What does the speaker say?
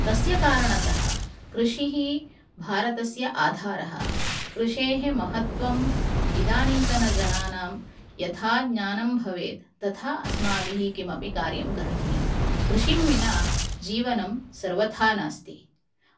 तस्य कारणतः कृषिः भारतस्य आधारः कृषेः महत्वं इदानींतन जनानां यथा ज्ञानं भवेत् तथा अस्माभिः किमपि कार्यं करणियं कृषिः विना जीवनं सर्वथा नास्ति